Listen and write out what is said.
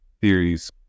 theories